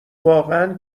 واقعا